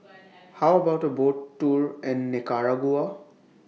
How about A Boat Tour in Nicaragua